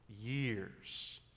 years